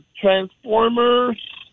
Transformers